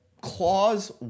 Clause